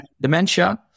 Dementia